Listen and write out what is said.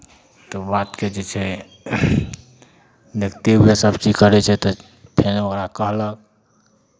तऽ बातके जे छै देखिते हुए सभचीज करै छै तऽ फेर ओकरा कहलक